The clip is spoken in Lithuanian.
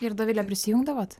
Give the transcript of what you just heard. ir dovile prisijungdavot